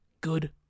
good